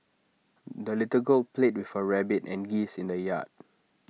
the little girl played with her rabbit and geese in the yard